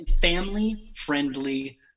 family-friendly